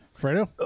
Fredo